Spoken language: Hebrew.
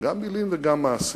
גם מלים וגם מעשים.